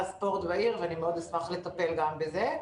הספורט בעיר ואני מאוד אשמח לטפל גם בזה.